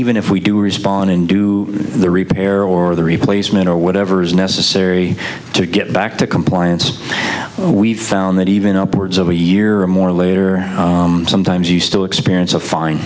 even if we do respond in do the repair or the replacements or whatever's necessary to get back to compliance we found that even upwards of a year or more later sometimes you still experience a fin